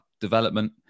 development